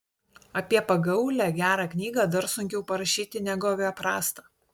apie pagaulią gerą knygą dar sunkiau parašyti negu apie prastą